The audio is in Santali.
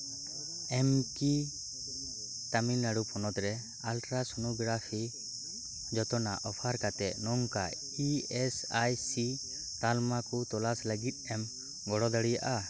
ᱟᱢ ᱠᱤ ᱛᱟᱢᱤᱞᱱᱟᱲᱩ ᱯᱚᱱᱚᱛ ᱨᱮ ᱟᱞᱴᱨᱟᱥᱳᱱᱳᱜᱨᱟᱯᱷᱤ ᱡᱚᱛᱚᱱᱟᱜ ᱚᱯᱷᱟᱨ ᱠᱟᱛᱮᱫ ᱱᱚᱝᱠᱟᱭ ᱤ ᱮᱥ ᱟᱭ ᱥᱤ ᱛᱟᱞᱢᱟ ᱠᱚ ᱛᱚᱞᱟᱥ ᱞᱟᱹᱜᱤᱫ ᱮᱢ ᱜᱚᱲᱚ ᱫᱟᱲᱮᱭᱟᱜᱼᱟ